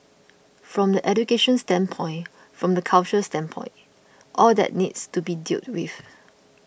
from the education standpoint from the culture standpoint all that needs to be dealt with